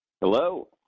Hello